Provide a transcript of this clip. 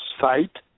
site